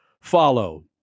follow